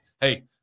hey